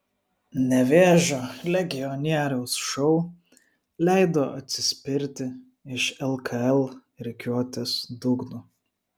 nevėžio legionieriaus šou leido atsispirti iš lkl rikiuotės dugno